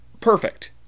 perfect